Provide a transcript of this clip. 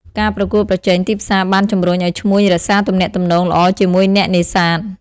ការប្រកួតប្រជែង ទីផ្សារបានជម្រុញឱ្យឈ្មួញរក្សាទំនាក់ទំនងល្អជាមួយអ្នកនេសាទ។